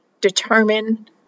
determine